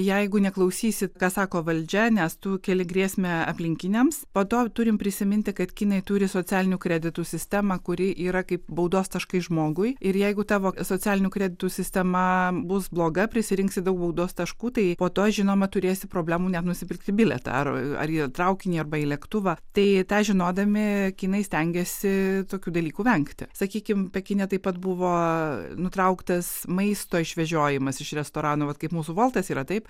jeigu neklausysi ką sako valdžia nes tu kėli grėsmę aplinkiniams po to turim prisiminti kad kinai turi socialinių kreditų sistemą kuri yra kaip baudos taškai žmogui ir jeigu tavo socialinių kreditų sistema bus bloga prisirinksi daug baudos taškų tai po to žinoma turėsi problemų net nusipirkti bilietą ar ar į traukinį arba į lėktuvą tai tą žinodami kinai stengiasi tokių dalykų vengti sakykim pekine taip pat buvo nutrauktas maisto išvežiojimas iš restoranų vat kaip mūsų voltas yra taip